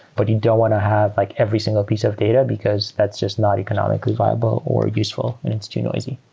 but you don't want to have like every single piece of data, because that's just not economically viable or useful and it's too noisy.